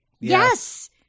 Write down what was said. yes